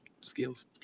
Skills